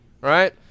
right